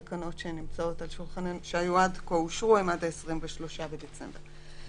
התקנות שאושרו עד כה הן עד 23 בדצמבר.